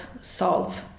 solve